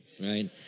right